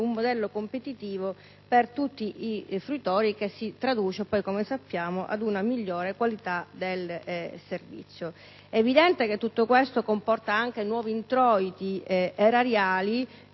un modello competitivo per tutti i fruitori che si traduce poi, come sappiamo, in una migliore qualità del servizio. È evidente che tutto questo comporta anche nuovi introiti erariali